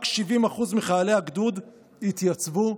רק 70% מחיילי הגדוד התייצבו.